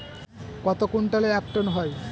কত কুইন্টালে এক টন হয়?